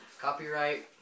Copyright